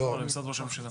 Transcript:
למשרד ראש הממשלה.